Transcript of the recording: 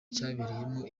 cyabereyemo